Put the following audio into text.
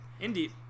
Indeed